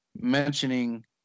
mentioning